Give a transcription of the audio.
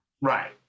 Right